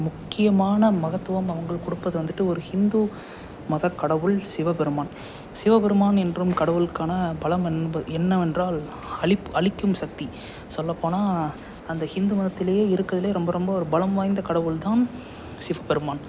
முக்கியமான மகத்துவம் அவர்களுக்கு கொடுப்பது வந்துட்டு ஒரு ஹிந்து மதக்கடவுள் சிவபெருமான் சிவபெருமான் என்றும் கடவுளுக்கான பலம் என்ப என்னவென்றால் அளிப் அழிக்கும் சக்தி சொல்லப்போனால் அந்த ஹிந்து மதத்திலையே இருக்கிறதுலையே ரொம்ப ரொம்ப ஒரு பலம் வாய்ந்த கடவுள் தான் சிவபெருமான்